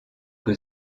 que